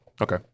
Okay